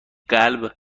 قلب